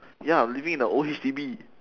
ya I'm living in a old H_D_B